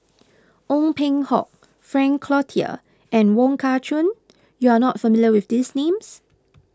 Ong Peng Hock Frank Cloutier and Wong Kah Chun you are not familiar with these names